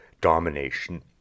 domination